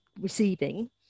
receiving